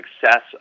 success